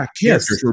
yes